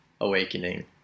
awakening